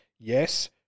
Yes